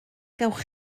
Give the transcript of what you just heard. gewch